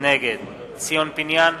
נגד ציון פיניאן,